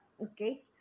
Okay